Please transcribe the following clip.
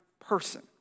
person